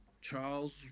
Charles